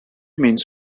means